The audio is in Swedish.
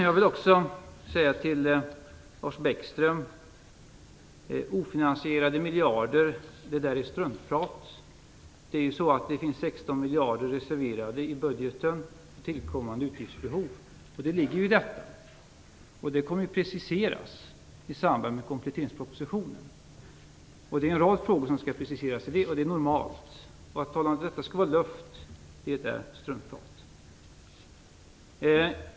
Jag vill också säga till Lars Bäckström att talet om ofinansierade miljarder är struntprat. Det finns 16 miljarder reserverade i budgeten för tillkommande utgiftsbehov, och däri ligger dessa miljarder. Detta kommer att preciseras i den kommande kompletteringspropositionen. Det är en rad frågor som skall preciseras där, och det är normalt. Att tala om detta som luftpengar är struntprat.